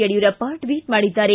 Yediyurappa tweet ಮಾಡಿದ್ದಾರೆ